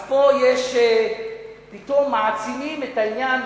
אז פה פתאום מעצימים את העניין,